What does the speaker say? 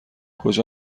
کجا